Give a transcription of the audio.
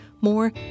more